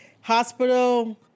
hospital